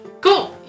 Cool